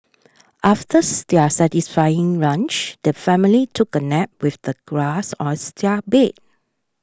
after their satisfying lunch the family took a nap with the grass as their bed